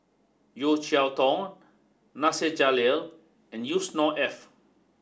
Yeo Cheow Tong Nasir Jalil and Yusnor Ef